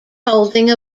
holding